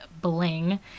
bling